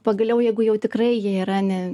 pagaliau jeigu jau tikrai jie yra ne